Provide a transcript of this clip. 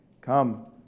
come